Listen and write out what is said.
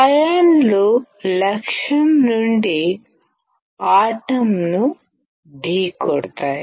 అయాన్లు లక్ష్యం నుండి ఆటంను ఢీకొడతాయి